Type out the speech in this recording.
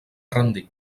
rendir